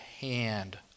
hand